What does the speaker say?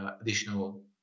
additional